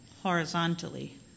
horizontally